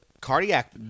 cardiac